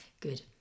Good